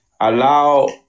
allow